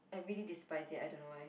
I really despise it I don't know why